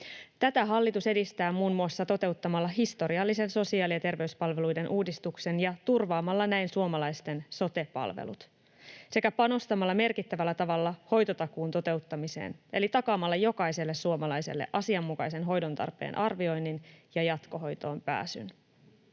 Tätä hallitus edistää muun muassa toteuttamalla historiallisen sosiaali- ja terveyspalveluiden uudistuksen ja turvaamalla näin suomalaisten sote-palvelut sekä panostamalla merkittävällä tavalla hoitotakuun toteuttamiseen eli takaamalla jokaiselle suomalaiselle asianmukaisen hoidon tarpeen arvioinnin ja jatkohoitoon pääsyn